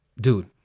dude